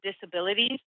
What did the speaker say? disabilities